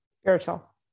Spiritual